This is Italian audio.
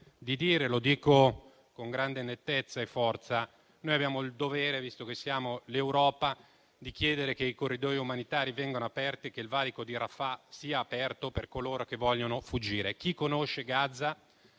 di dire, con grande nettezza e forza, che noi abbiamo il dovere, visto che siamo l'Europa, di chiedere che i corridoi umanitari vengano aperti, che il valico di Rafah sia aperto per coloro che vogliono fuggire. Chi conosce Gaza,